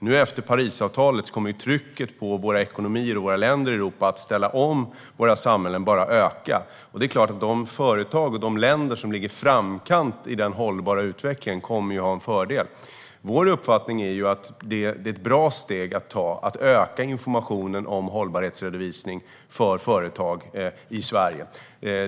Nu, efter Parisavtalet, kommer trycket att öka på våra ekonomier och på våra samhällen i Europas länder att ställa om. De företag och länder som ligger i framkant i den hållbara utvecklingen kommer att ha en fördel. Vår uppfattning är att det är ett bra steg att öka informationen om hållbarhetsredovisning för företag i Sverige.